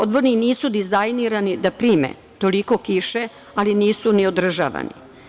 Odvodi nisu dizajnirani da prime toliko kiše, ali nisu ni održavani.